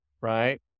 right